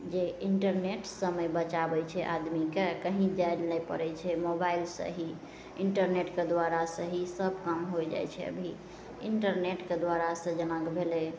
जे इन्टरनेट समय बचाबै छै आदमीके कहीँ जाइलए नहि पड़ै छै मोबाइलसे ही इन्टरनेटके द्वारा से ही सब काम हो जाए छै अभी इन्टरनेटके द्वारासे जेनाकि भेलै